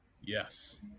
Yes